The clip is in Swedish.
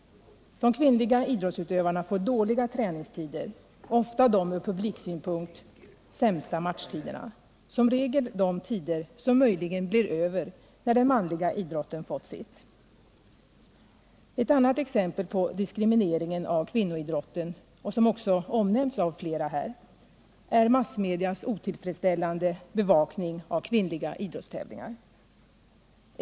De kvinnliga idrottsutövarna får dåliga träningstider och ofta de ur publiksynpunkt sämsta matchtiderna — som regel de tider som möjligen blir över när den manliga idrotten fått sitt. Ett annat exempel på diskrimineringen av kvinnoidrotten, som också omnämnts av flera talare i denna debatt, är massmedias otillfredsställande bevakning av kvinnliga idrottstävlingar.